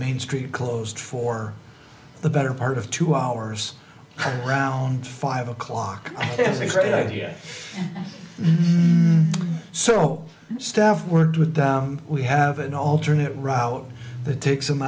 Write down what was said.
main street closed for the better part of two hours around five o'clock is a great idea so staff worked with that we have an alternate route that takes them